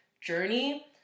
journey